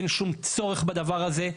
אין שום צורך בדבר הזה.